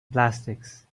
plastics